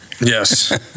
Yes